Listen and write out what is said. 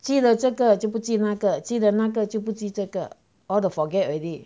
记得这个就不记那个记得那个就不记这个 all the forget already